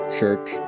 Church